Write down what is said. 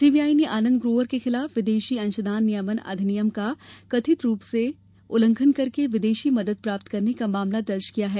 C B I ने आनन्द ग्रोवर के खिलाफ विदेशी अंशदान नियमन अधिनियम का कथित रूप से उल्लंघन करके विदेशी मदद प्राप्त करने का मामला दर्ज किया है